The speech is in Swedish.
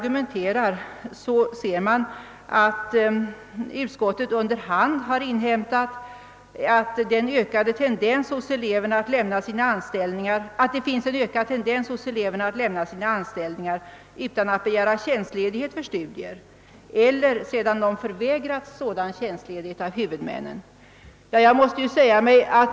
Utskottet har under hand inhämtat att det finns en ökad tendens hos eleverna att lämna sina anställningar utan att begära tjänstledighet för studier eller sedan de förvägrats sådan av huvudmännen.